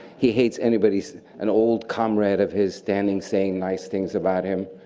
he hates anybody. an old comrade of his standing, saying nice things about him.